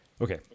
Okay